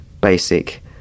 basic